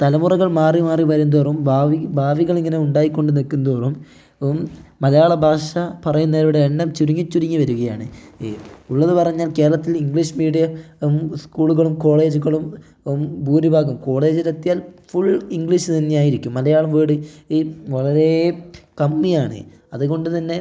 തലമുറകൾ മാറിമാറി വരുന്തോറും ഭാവി ഭാവികൾ ഇങ്ങനെ ഉണ്ടായിക്കൊണ്ട് നിൽക്കുന്തോറും മലയാളം ഭാഷ പറയുന്നവരുടെ എണ്ണം ചുരുങ്ങി ചുരുങ്ങി വരികയാണ് ഉള്ളത് പറഞ്ഞാൽ കേരളത്തിൽ ഇംഗ്ലീഷ് മീഡിയം സ്കൂളുകളും കോളേജുകളും ഭൂരിഭാഗം കോളേജിലെത്തിയാൽ ഫുൾ ഇംഗ്ലീഷ് തന്നെയായിരിക്കും മലയാളം വേർഡ് ഈ വളരെ കമ്മിയാണ് അതുകൊണ്ടുത്തന്നെ